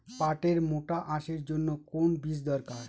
পাটের মোটা আঁশের জন্য কোন বীজ দরকার?